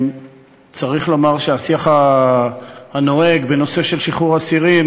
צריך לומר שהשיח הנוהג בנושא של שחרור אסירים,